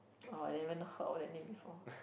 oh I never even heard of that name before